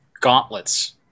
gauntlets